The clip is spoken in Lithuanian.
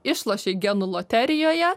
išlošei genų loterijoje